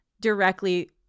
directly